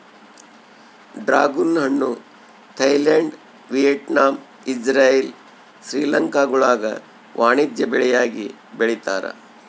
dragon ಹಣ್ಣು Thailand Vietnam Israel ಶ್ರೀಲಂಕಾಗುಳಾಗ ವಾಣಿಜ್ಯ ಬೆಳೆಯಾಗಿ ಬೆಳೀತಾರ